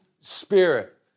spirit